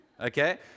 Okay